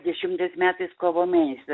dešimtais metais kovo mėnesį